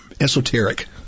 esoteric